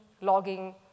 logging